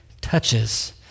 touches